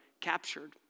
captured